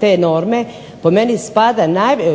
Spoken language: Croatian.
te norme po meni će